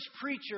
preacher